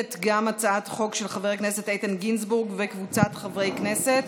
הצעת חוק של חבר הכנסת איתן גינזבורג וקבוצת חברי הכנסת,